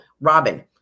Robin